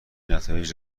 نتایج